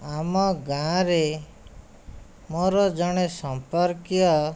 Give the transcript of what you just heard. ଆମ ଗାଁରେ ମୋର ଜଣେ ସମ୍ପର୍କୀୟ